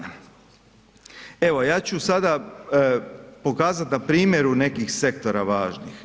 Evo, ja ću sada pokazati na primjeru nekih sektora važnih.